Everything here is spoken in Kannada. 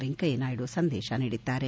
ವೆಂಕಯ್ಚನಾಯ್ಡು ಸಂದೇಶ ನೀಡಿದ್ದಾರೆ